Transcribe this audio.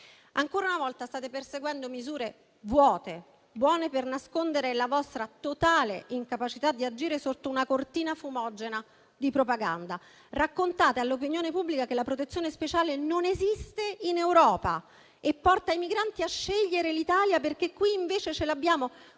Ancora una volta, state perseguendo misure vuote, buone per nascondere la vostra totale incapacità di agire sotto una cortina fumogena di propaganda. Raccontate all'opinione pubblica che la protezione speciale non esiste in Europa e che porta i migranti a scegliere l'Italia perché qui da noi c'è, quando